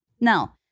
Now